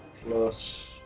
plus